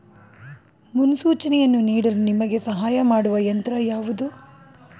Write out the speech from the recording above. ಮುನ್ಸೂಚನೆಯನ್ನು ನೀಡಲು ನಿಮಗೆ ಸಹಾಯ ಮಾಡುವ ಯಂತ್ರ ಯಾವುದು?